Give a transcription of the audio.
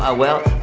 ah well,